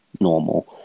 normal